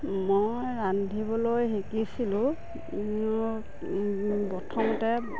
মই ৰান্ধিবলৈ শিকিছিলোঁ প্ৰথমতে